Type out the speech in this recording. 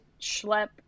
schlep